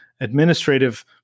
administrative